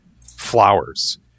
flowers